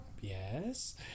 yes